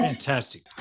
Fantastic